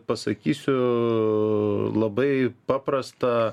pasakysiu labai paprastą